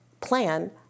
plan